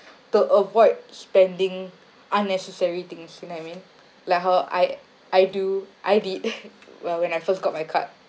to avoid spending unnecessary things you know what I mean like how I I do I did well when I first got my card